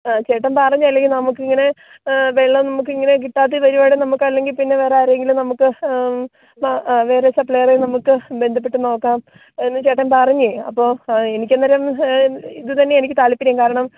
ആ ചേട്ടൻ പറഞ്ഞു ഇല്ലെങ്കിൽ നമുക്കിങ്ങനെ വെള്ളം നമുക്കിങ്ങനെ കിട്ടാതെ വരികയാണേൽ നമുക്ക് അല്ലെങ്കിൽ പിന്നെ നമുക്ക് വേറെ ആരെയെങ്കിലും നമുക്ക് വേറെ സപ്ലയറെ നമുക്ക് ബന്ധപ്പെട്ടു നോക്കാം എന്ന് ചേട്ടൻ പറഞ്ഞു അപ്പോൾ എനിക്ക് അന്നേരം ഇതുതന്നെ ആണ് എനിക്ക് താൽപ്പര്യം കാരണം